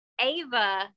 Ava